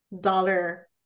dollar